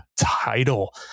title